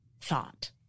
thought